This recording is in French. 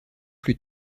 plus